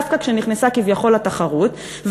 דווקא כשנכנסה כביכול התחרות.